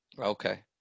Okay